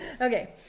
Okay